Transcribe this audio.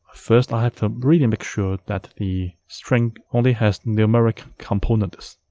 first i have to really make sure that the string only has numeric components.